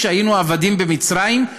כשהיינו עבדים במצרים,